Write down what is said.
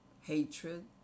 hatred